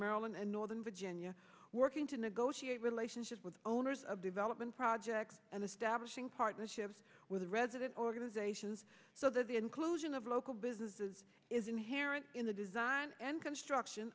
maryland and northern virginia working to negotiate relationships with owners of development projects and establishing partnerships with a resident organizations so the inclusion of local businesses is inherent in the design and construction